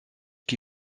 qui